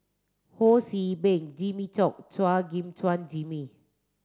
Ho See Beng Jimmy Chok Chua Gim Guan Jimmy